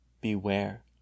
Beware